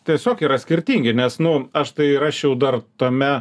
tiesiog yra skirtingi nes nu aš tai rašiau dar tame